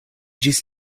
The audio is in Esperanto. ĝis